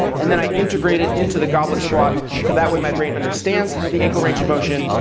and then i integrate it into the goblet squat, so that way my brain understands the ankle range motion,